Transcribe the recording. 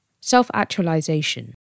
self-actualization